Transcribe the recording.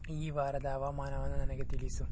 ಈ ವಾರದ ಹವಾಮಾನವನ್ನು ನನಗೆ ತಿಳಿಸು